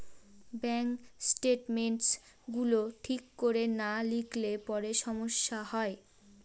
bank statements গুলো ঠিক করে না লিখলে পরে সমস্যা হয়